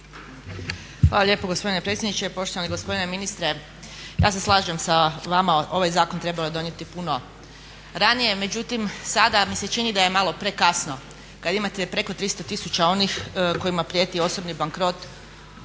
Hvala lijepo gospodine predsjedniče. Poštovani gospodine ministre ja se slažem sa vama, ovaj zakon trebalo je donijeti puno ranije. Međutim, sada mi se čini da je malo prekasno. Kada imate preko 300 tisuća onih kojima prijeti osobni bankrot